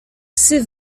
psy